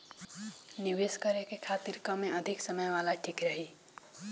निवेश करें के खातिर कम या अधिक समय वाला ठीक रही?